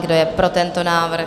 Kdo je pro tento návrh?